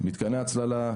מתקני הצללה,